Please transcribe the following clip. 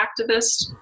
activist